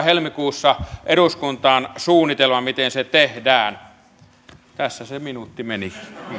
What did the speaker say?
helmikuussa siitä eduskuntaan suunnitelman miten se tehdään tässä se minuutti meni